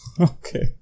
Okay